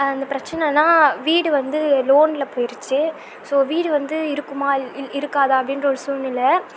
அந்த பிரச்சன்னன்னால் வீடு வந்து லோனில் போயிடுச்சு ஸோ வீடு வந்து இருக்குமா இருக்காதா அப்படின்ற ஒரு சூழ்நிலை